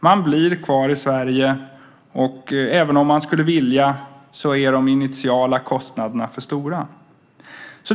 Man blir kvar i Sverige, och även om man skulle vilja något annat så är de initiala kostnaderna för stora.